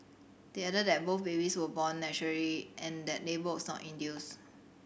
they added that both babies were born naturally and that labour was not induced